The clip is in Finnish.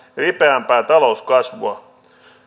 ripeämpää talouskasvua